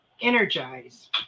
Energize